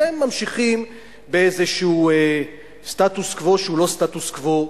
אתם ממשיכים באיזה סטטוס קוו שהוא לא סטטוס קוו,